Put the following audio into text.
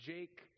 Jake